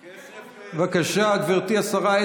בבקשה, גברתי השרה.